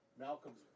Malcolm's